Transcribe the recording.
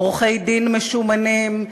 עורכי-דין משומנים,